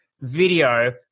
video